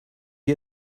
you